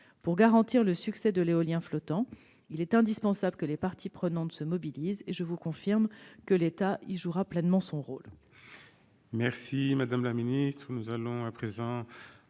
Pour garantir le succès de l'éolien flottant, il est indispensable que l'ensemble des parties prenantes se mobilisent. Je vous confirme que l'État jouera pleinement son rôle.